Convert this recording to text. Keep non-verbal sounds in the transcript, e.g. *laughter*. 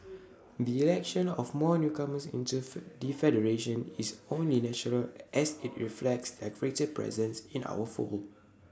the election of more newcomers into fir D federation is only natural as IT *noise* reflects their greater presence in our fold